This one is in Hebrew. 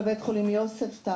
בבית החולים יוספטל,